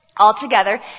Altogether